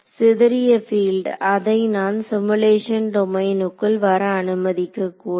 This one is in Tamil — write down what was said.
சிதறிய பீல்டு அதை நான் சிமுலேஷன் டொமைனுக்குள் வர அனுமதிக்கக்கூடாது